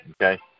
okay